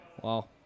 Wow